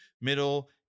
middle